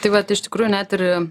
tai vat iš tikrųjų net ir